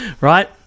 right